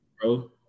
bro